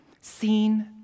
seen